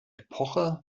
epoche